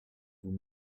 vous